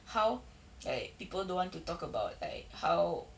how like people don't want to talk about like how